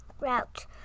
route